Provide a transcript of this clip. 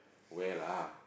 where lah